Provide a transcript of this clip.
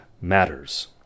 matters